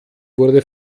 wurde